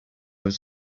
was